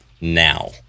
now